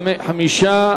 נמנעים.